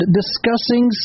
discussing